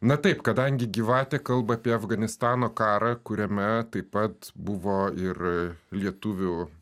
na taip kadangi gyvatė kalba apie afganistano karą kuriame taip pat buvo ir lietuvių